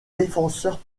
défenseurs